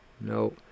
No